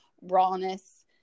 rawness